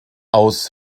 aus